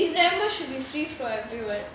but I think december should be free for everyone